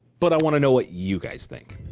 but i want to know what you guys think.